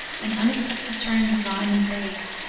and unexpected turns of rhyme and phrase.